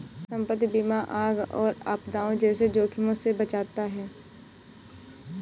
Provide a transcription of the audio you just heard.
संपत्ति बीमा आग और आपदाओं जैसे जोखिमों से बचाता है